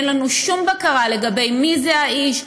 ואין לנו שום בקרה מי זה האיש,